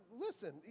listen